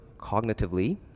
cognitively